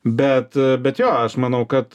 bet bet jo aš manau kad